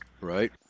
Right